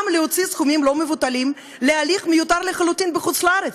גם להוציא סכומים לא מבוטלים על הליך מיותר לחלוטין בחוץ-לארץ.